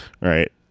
right